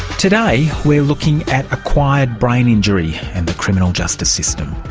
today we are looking at acquired brain injury and the criminal justice system.